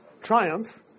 triumph